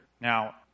Now